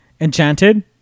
Enchanted